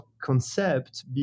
concept